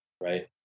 right